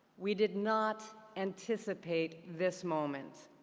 we did not anticipate this moment.